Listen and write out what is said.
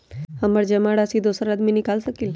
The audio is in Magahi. हमरा जमा राशि दोसर आदमी निकाल सकील?